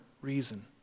reason